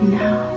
now